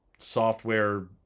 software